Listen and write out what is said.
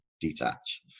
detach